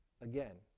again